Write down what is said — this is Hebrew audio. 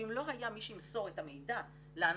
אם לא היה מי שימסור את המידע לאנשים,